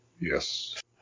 yes